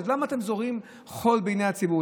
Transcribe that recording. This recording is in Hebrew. אז למה אתם זורים חול בעיני הציבור?